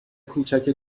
کوچک